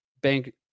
bank